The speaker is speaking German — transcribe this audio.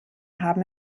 haben